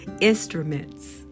instruments